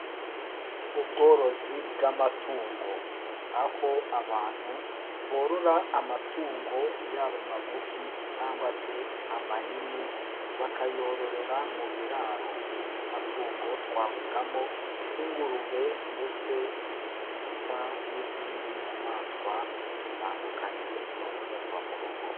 Ubworozi bw'amatungo aho abantu borora amatungo yaba magufi cyangwa se amanini bakayororera mu biraro, muri ayo matungo twavugamo ingurube ndetse n'inka n'izindi nyamanswa zitandukanye zororerwa mu rugo.